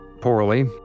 poorly